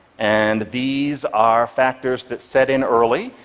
and these are factors that set in early,